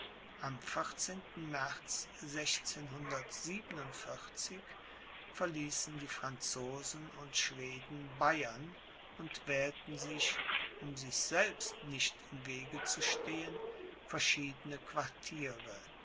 am märz verliessen die franzosen und schweden bayern und wählten sich um sich selbst nicht im wege zu stehen verschiedene quartiere